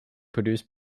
produced